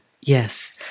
Yes